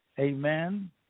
Amen